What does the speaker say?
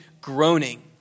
groaning